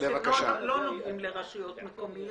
כי אני לא מנסה לפתור את כל הבעיות.